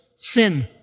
sin